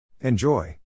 Enjoy